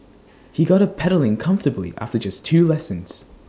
he got her pedalling comfortably after just two lessons